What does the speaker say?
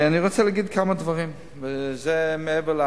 אני רוצה להגיד כמה דברים, וזה מעבר,